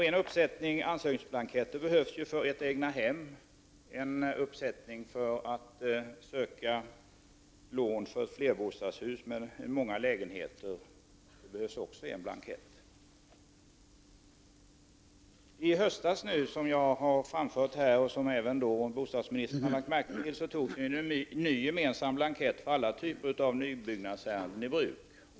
En uppsättning ansökningsblanketter behövs för ett egnahem och en uppsättning för att söka lån för ett flerbostadshus med många lägenheter. I höstas togs, som jag har framfört här och som även bostadsministern har lagt märke till, en ny gemensam blankett för alla typer av nybyggnadsärenden i bruk.